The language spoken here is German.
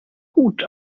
gut